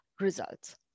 results